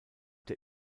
der